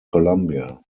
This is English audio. columbia